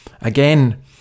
again